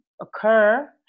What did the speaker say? occur